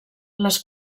les